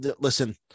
Listen